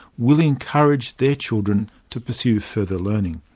will encourage their children to pursue further learning.